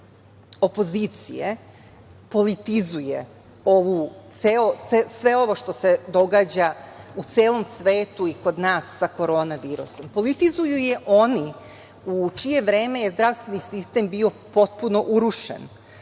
opozicije politizuje sve ovo što se događa u celom svetu i kod nas sa korona virusom. Politizuju je oni u čije vreme je zdravstveni sistem bio potpuno urušen,